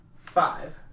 five